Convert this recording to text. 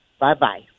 Bye-bye